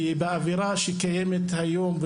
באווירה שקיימת היום,